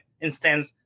instance